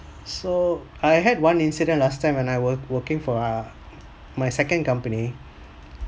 so I had one incident last time when I was working for ah my second company